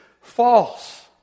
false